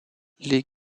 les